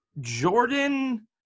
Jordan